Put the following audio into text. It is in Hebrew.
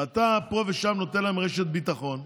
ואתה פה ושם נותן להם רשת ביטחון.